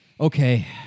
okay